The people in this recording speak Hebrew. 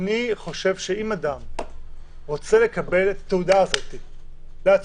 אני חושב שאם אדם רוצה לקבל את התעודה הזאת לעצמו,